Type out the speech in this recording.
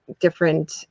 different